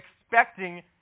expecting